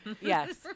Yes